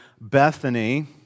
Bethany